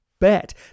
bet